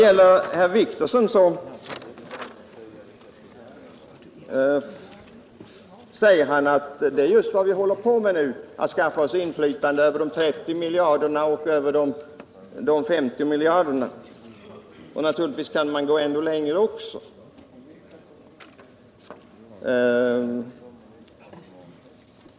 Herr Wictorsson säger att ”det är just vad vi håller på med, att skaffa oss inflytande över de 30 och de 50 miljarderna”, och jag har naturligtvis 103 ingenting att invända däremot.